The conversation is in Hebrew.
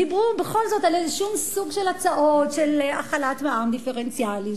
דיברו בכל זאת על סוג הצעות של החלת מע"מ דיפרנציאלי,